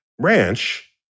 ranch